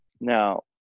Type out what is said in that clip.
now